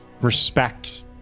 respect